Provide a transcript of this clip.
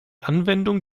anwendung